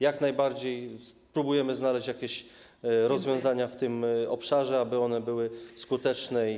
Jak najbardziej próbujemy znaleźć jakieś rozwiązania w tym obszarze, aby one były skuteczne i trwałe.